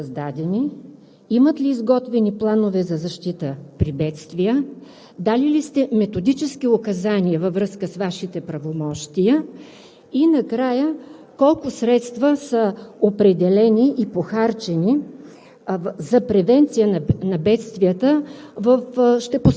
моето питане към Вас е следното: колко съвета са създадени; имат ли изготвени планове за защита при бедствия; дали ли сте методически указания във връзка с Вашите правомощия? И накрая, колко средства са определени и похарчени